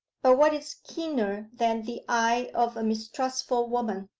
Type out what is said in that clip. but what is keener than the eye of a mistrustful woman?